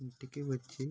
ఇంటికి వచ్చి